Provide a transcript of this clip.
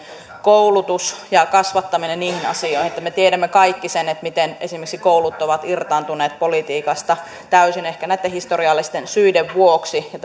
koulutus ja kasvattaminen niihin asioihin me tiedämme kaikki sen miten esimerkiksi koulut ovat irtaantuneet politiikasta täysin ehkä näitten historiallisten syiden vuoksi ja